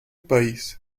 país